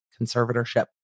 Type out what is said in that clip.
conservatorship